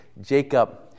Jacob